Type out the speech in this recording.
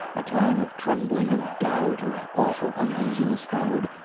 a time of trembling, of doubt, of awful uneasiness followed,